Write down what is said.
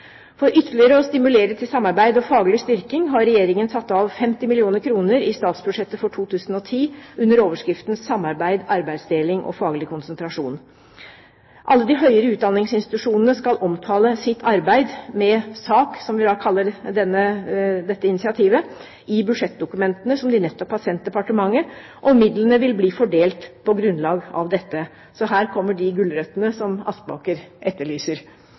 For ytterligere å stimulere til samarbeid og faglig styrking har Regjeringen satt av 50 mill. kr i statsbudsjettet for 2010 under overskriften Samarbeid, arbeidsdeling og faglig konsentrasjon, SAK. Alle de høyere utdanningsinstitusjonene skal omtale sitt arbeid med SAK, som vi kaller dette initiativet, i budsjettdokumentene som de nettopp har sendt departementet, og midlene vil bli fordelt på grunnlag av dette. Så her kommer de gulrøttene som Aspaker etterlyser.